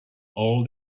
all